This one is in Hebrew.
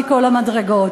מכל המדרגות,